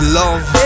love